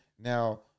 Now